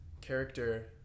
Character